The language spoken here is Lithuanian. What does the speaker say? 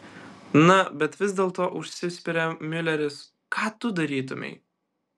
na bet vis dėlto užsispiria miuleris ką tu darytumei